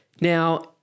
Now